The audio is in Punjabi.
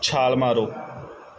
ਛਾਲ ਮਾਰੋ